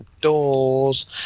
Doors